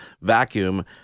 vacuum